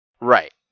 Right